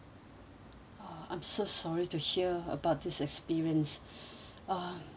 uh I'm so sorry to hear about this experience um